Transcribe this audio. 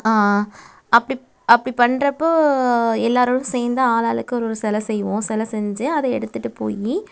அப்படிப் அப்படி பண்ணுறப்போ எல்லாரோடும் சேர்ந்து ஆளு ஆளுக்கு ஒரு ஒரு சிலை செய்வோம் சிலை செஞ்சு அதை எடுத்துட்டுப் போய்